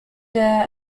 der